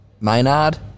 Maynard